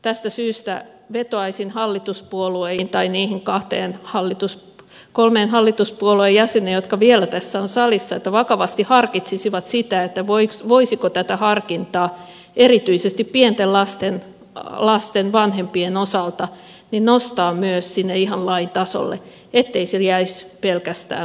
tästä syystä vetoaisin hallituspuolueisiin tai niihin kolmeen hallituspuolueen jäseneen jotka vielä tässä ovat salissa että vakavasti harkitsisivat sitä voisiko tätä harkintaa erityisesti pienten lasten vanhempien osalta nostaa myös sinne ihan lain tasolle ettei se jäisi pelkästään harkinnan varaan